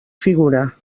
figura